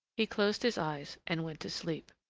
he closed his eyes and went to sleep.